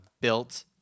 built